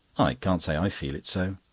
i can't say i feel it so.